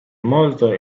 molto